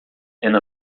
and